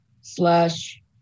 slash